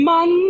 Man